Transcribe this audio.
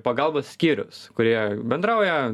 pagalbos skyrius kurie bendrauja